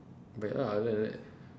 break lah look at that